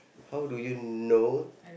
how do you know